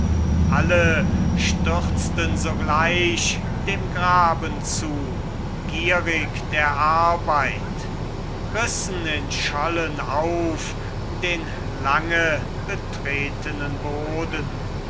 alle stürzten sogleich dem graben zu gierig der arbeit rissen in schollen auf den lange betretenen boden